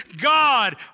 God